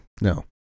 no